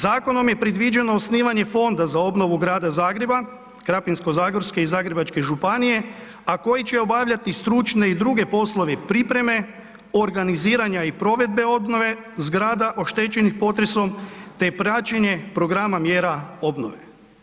Zakonom je predviđeno osnivanje Fonda za obnovu Grada Zagreba, Krapinsko-zagorske i Zagrebačke županije, a koji će obavljati stručne i druge poslove pripreme, organiziranja i provedbe obnove zgrada oštećenih potresom, te praćenje programa mjera obnove.